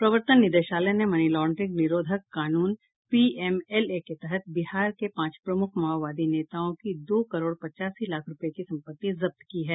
प्रवर्तन निदेशालय ने मनी लांड्रिंग निरोधक कानून पीएमएलए के तहत बिहार के पांच प्रमुख माओवादी नेताओं की दो करोड़ पचासी लाख रुपये की संपत्ति जब्त की है